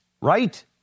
right